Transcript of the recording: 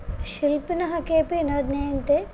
शिल्पिनः केपि न ज्ञायन्ते